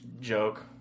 joke